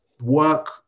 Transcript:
Work